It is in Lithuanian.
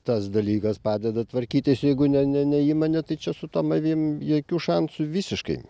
tas dalykas padeda tvarkytis jeigu ne ne ne įmonė tai čia su tom avim jokių šansų visiškai